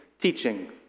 Teaching